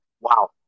wow